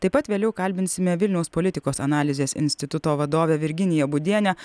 taip pat vėliau kalbinsime vilniaus politikos analizės instituto vadovę virginiją būdienę